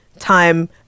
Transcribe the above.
time